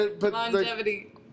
Longevity